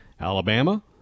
Alabama